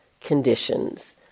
conditions